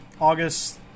august